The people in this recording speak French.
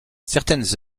certaines